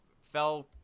fell